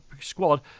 squad